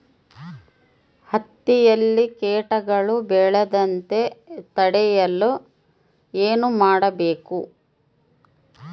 ಹತ್ತಿಯಲ್ಲಿ ಕೇಟಗಳು ಬೇಳದಂತೆ ತಡೆಯಲು ಏನು ಮಾಡಬೇಕು?